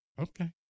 Okay